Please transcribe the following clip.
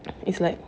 it's like